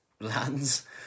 lands